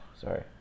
sorry